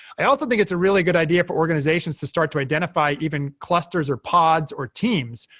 i also think it's a really good idea for organizations to start to identify even clusters or pods or teams,